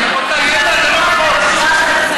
זה לא קשור לחוק, את רוצה ידע?